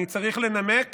אני צריך לנמק